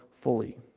fully